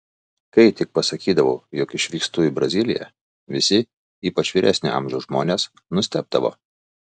kai tik pasakydavau jog išvykstu į braziliją visi ypač vyresnio amžiaus žmonės nustebdavo